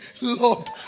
Lord